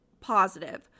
positive